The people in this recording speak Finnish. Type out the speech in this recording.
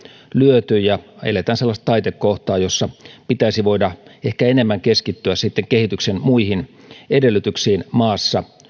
lyöty ja eletään sellaista taitekohtaa jossa pitäisi voida ehkä enemmän keskittyä sitten kehityksen muihin edellytyksiin maassa